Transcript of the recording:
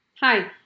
Hi